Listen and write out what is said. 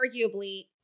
arguably